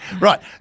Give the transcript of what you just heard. Right